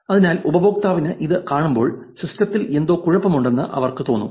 അതിനാൽ ഉപയോക്താവിന് ഇത് കാണുമ്പോൾ സിസ്റ്റത്തിൽ എന്തോ കുഴപ്പമുണ്ടെന്ന് അവർക്ക് തോന്നും